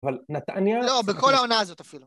אבל נתניה... לא, בכל העונה הזאת אפילו.